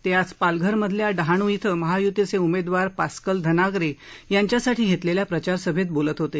ते आज पालघरमधल्या डहाणू इथं महायुतीचे उमेदवार पास्कल धनारे यांच्यासाठी घेतलेल्या प्रचारसभेत बोलत होते